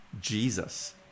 Jesus